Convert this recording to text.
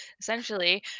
Essentially